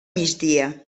migdia